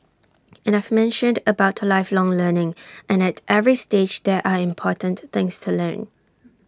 and I've mentioned about lifelong learning and at every stage there are important things to learn